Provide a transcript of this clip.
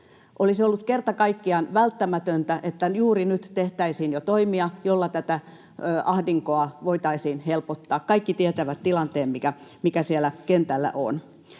Olisi ollut kerta kaikkiaan välttämätöntä, että juuri nyt tehtäisiin jo toimia, joilla tätä ahdinkoa voitaisiin helpottaa. Kaikki tietävät tilanteen, mikä siellä kentällä on.